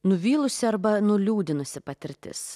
nuvylusi arba nuliūdinusi patirtis